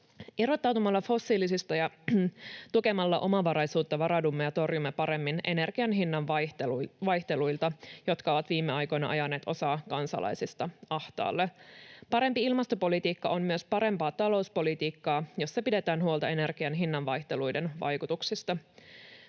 Irrottautumalla fossiilisista ja tukemalla omavaraisuutta varaudumme ja torjumme paremmin energian hinnan vaihteluita, jotka ovat viime aikoina ajaneet osaa kansalaisista ahtaalle. Parempi ilmastopolitiikka on myös parempaa talouspolitiikkaa, jossa pidetään huolta energian hinnan vaihteluiden vaikutuksista.